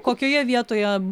kokioje vietoje